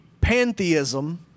pantheism